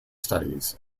studies